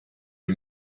les